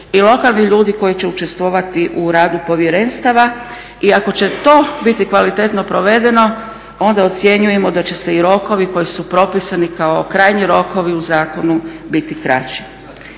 i lokalni ljudi koji će učestvovati u radu povjerenstava. I ako će to biti kvalitetno provedeno onda ocjenjujemo da će se i rokovi koji su propisani kao krajnji rokovi u zakonu, biti kraći.